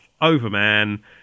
Overman